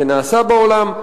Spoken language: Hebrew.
זה נעשה בעולם,